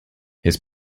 his